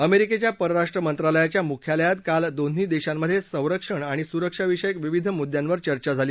अमेरिकेच्या परराष्ट्र मंत्रालयाच्या मुख्यालयात काल दोन्ही देशांमध्ये संरक्षण आणि सुरक्षाविषयक विविध मुद्यांवर चर्चा झाली